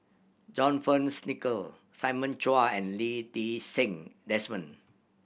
John Fearns Nicoll Simon Chua and Lee Ti Seng Desmond